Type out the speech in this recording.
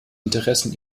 interessen